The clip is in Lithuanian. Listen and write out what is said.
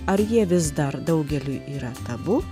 ar jie vis dar daugeliui yra tabu